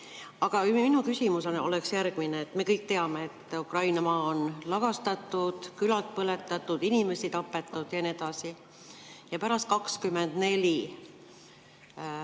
Aga minu küsimus oleks järgmine. Me kõik teame, et Ukraina maa on lagastatud, külad põletatud, inimesi tapetud ja nii edasi. Ja pärast 24.